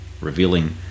revealing